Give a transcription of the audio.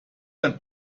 ein